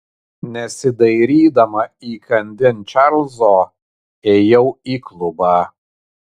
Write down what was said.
nesidairydama įkandin čarlzo ėjau į klubą